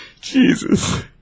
Jesus